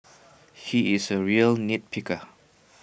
he is A real nitpicker